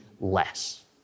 less